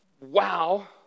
wow